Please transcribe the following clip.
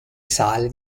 sale